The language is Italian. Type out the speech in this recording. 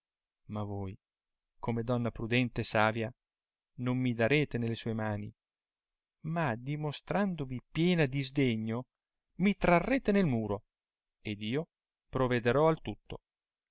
ma voi come donna prudente e savia non mi darete nelle sue mani ma dimostrandovi piena di sdegno mi trarrete nel muro ed io provederò al tutto